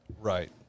Right